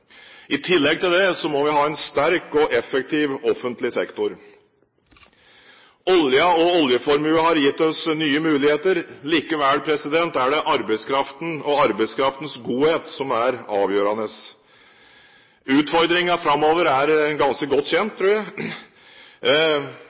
I tillegg til det må vi ha en sterk og effektiv offentlig sektor. Oljen og oljeformuen har gitt oss nye muligheter, likevel er det arbeidskraften og arbeidskraftens godhet som er avgjørende. Utfordringene framover er ganske godt kjent,